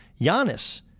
Giannis